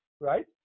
right